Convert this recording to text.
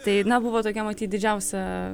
tai na buvo tokia matyt didžiausia